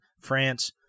France